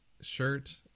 shirt